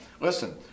Listen